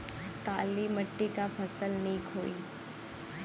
काली मिट्टी क फसल नीक होई?